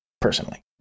Personally